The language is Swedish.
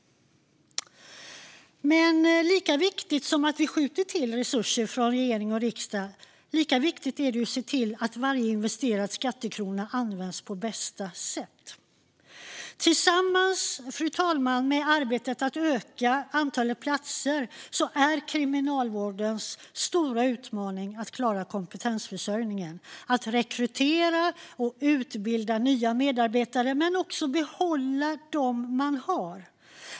Men lika viktigt som att regering och riksdag skjuter till resurser är att se till att varje investerad skattekrona används på bästa sätt. Fru talman! Tillsammans med arbetet att öka antalet platser är Kriminalvårdens stora utmaning att klara kompetensförsörjningen - att rekrytera och utbilda nya medarbetare och också behålla de man har.